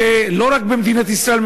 לא רק במדינת ישראל.